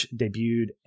debuted